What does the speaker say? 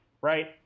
right